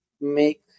make